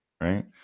Right